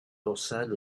dorsale